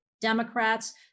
Democrats